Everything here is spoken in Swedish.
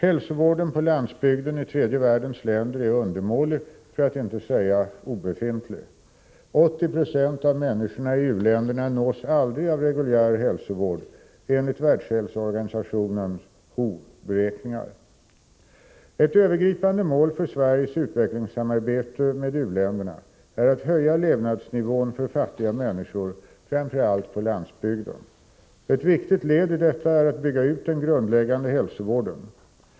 Hälsovården på landsbygden i tredje världens länder är undermålig, för att inte säga obefintlig. 80 26 av människorna i u-länderna nås aldrig av reguljär hälsovård enligt världshälsoorganisationens beräkningar. Ett övergripande mål för Sveriges utvecklingssamarbete med u-länderna är att höja levnadsnivån för fattiga människor framför allt på landsbygden. Ett viktigt led i detta är att bygga ut den grundläggande hälsovården.